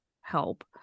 help